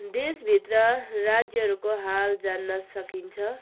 देशभित्र राज्यहरूको हाल जान्न सकिन्छ